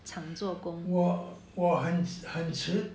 我我很很迟